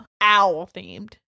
Owl-themed